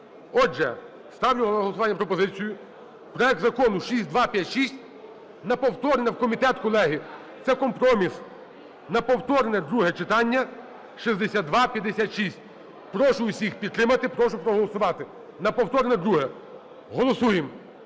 Отже, ставлю на голосування пропозицію - проект закону 6256 на повторне в комітет, колеги. Це компроміс. На повторне друге читання 6256. Прошу всіх підтримати, прошу проголосувати. На повторне друге. Голосуємо.